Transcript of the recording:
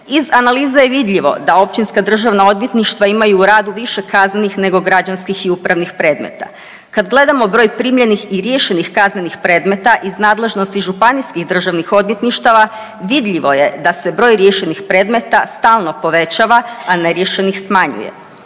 Iz analiza je vidljivo da općinska državna odvjetništva imaju u radu više kaznenih nego građanskih i upravnih predmeta. Kad gledamo broj primljenih i riješenih kaznenih predmeta iz nadležnosti županijskih državnih odvjetništava, vidljivo je da se broj riješenih predmeta stalno povećava, a neriješenih smanjuje.